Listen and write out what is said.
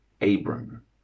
Abram